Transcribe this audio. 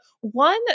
one